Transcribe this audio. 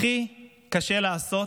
הכי קשה לעשות,